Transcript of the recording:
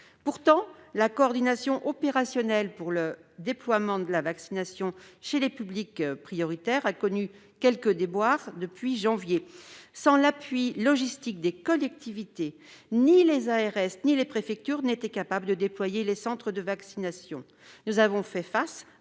Pourtant, la coordination opérationnelle pour le déploiement de la vaccination chez les publics prioritaires a connu quelques déboires au début du mois de janvier dernier : sans l'appui logistique des collectivités, ni les ARS ni les préfectures n'étaient capables de déployer les centres de vaccination. Nous avons de nouveau fait